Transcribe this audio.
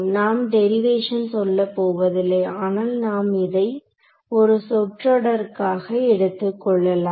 நாம் டெரிவேஷன் சொல்லப் போவதில்லை ஆனால் நாம் இதை ஒரு சொற்றொடர்காக எடுத்துக்கள்ளலாம்